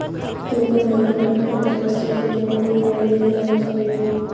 तुमको हानिकारक खरपतवार क्षेत्र से अपनी गाड़ी नहीं लानी चाहिए थी